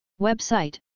Website